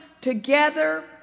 together